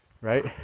right